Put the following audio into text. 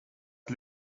att